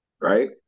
right